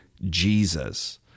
Jesus